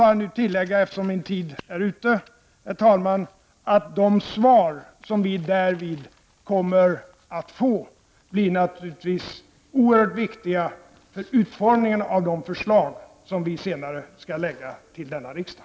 Jag vill nu endast, eftersom min tid snart är ute, tillägga att de svar som vi kommer att få i samband med dessa överläggningar naturligtvis blir oerhört viktiga när det gäller utformningen av de förslag som vi senare skall lägga fram vid denna riksdag.